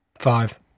Five